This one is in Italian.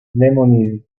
lemony